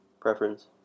preference